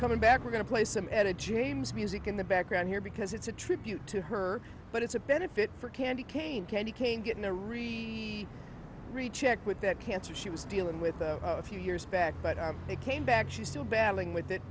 coming back we're going to play some etta james music in the background here because it's a tribute to her but it's a benefit for candy cane candy cane getting a re re check with that cancer she was dealing with a few years back but are they came back she's still battling with that